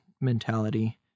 mentality